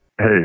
Hey